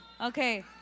Okay